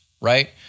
right